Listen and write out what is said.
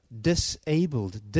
disabled